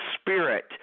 spirit